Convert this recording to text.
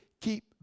keep